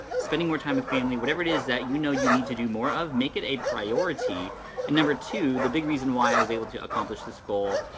spending more time with family, whatever it is that you know you need to do more of, make it a priority and number two, the big reason why i was able to accomplish this goal,